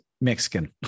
Mexican